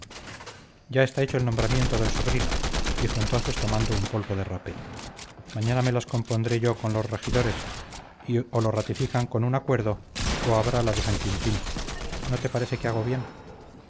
ya está hecho el nombramiento del sobrino dijo entonces tomando un polvo de rapé mañana me las compondré yo con los regidores y o lo ratifican con un acuerdo o habrá la de san quintín no te parece que hago bien